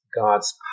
God's